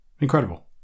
Incredible